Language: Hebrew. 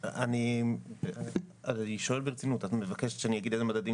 אני שואל ברצינות - את מבקשת שאני אגיד אילו מדדים